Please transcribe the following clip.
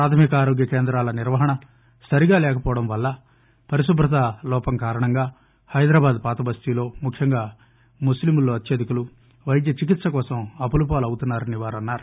ప్రాథమిక ఆరోగ్య కేంద్రాల నిర్వహణ సరిగా లేకపోవటం వల్ల పరిశుభ్రతా లోపం వల్ల హైదరాబాద్ పాతబస్తీలో ముఖ్యంగా ముస్లింలు పైద్య చికిత్స కోసం అప్పుల పాలవుతున్నారన్నారు